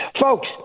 Folks